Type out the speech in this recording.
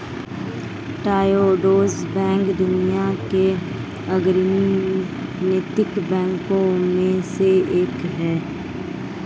Triodos bank दुनिया के अग्रणी नैतिक बैंकों में से एक है